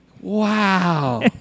wow